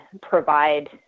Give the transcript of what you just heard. provide